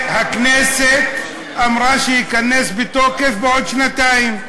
והכנסת אמרה שהוא ייכנס לתוקף בעוד שנתיים,